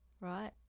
Right